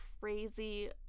crazy